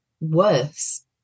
worse